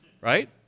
right